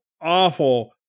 awful